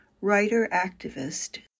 writer-activist